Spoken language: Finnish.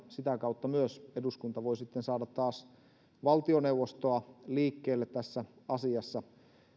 sitä kautta myös eduskunta voi sitten saada taas valtioneuvostoa liikkeelle tässä asiassa